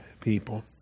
people